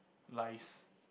lies